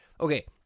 okay